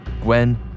Gwen